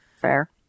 fair